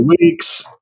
weeks